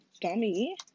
dummy